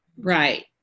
right